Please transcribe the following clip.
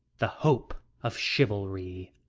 the hope of chivalry!